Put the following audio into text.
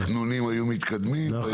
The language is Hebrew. התכנונים היו מתקדמים.